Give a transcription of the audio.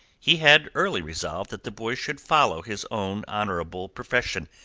he had early resolved that the boy should follow his own honourable profession,